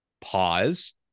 pause